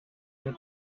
dem